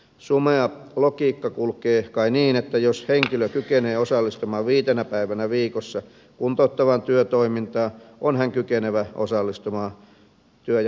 sumea logiikka kulkee kai niin että jos henkilö kykenee osallistumaan viitenä päivänä viikossa kuntouttavaan työtoimintaan on hän kykenevä osallistumaan työ ja elinkeinotoimiston palveluihin